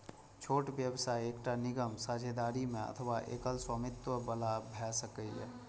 छोट व्यवसाय एकटा निगम, साझेदारी मे अथवा एकल स्वामित्व बला भए सकैए